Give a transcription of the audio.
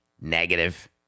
negative